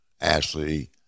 Ashley